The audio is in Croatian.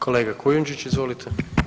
Kolega Kujundžić, izvolite.